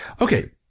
Okay